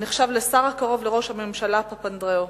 הנחשב לשר הקרוב לראש הממשלה פפנדראו,